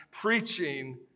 Preaching